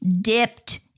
dipped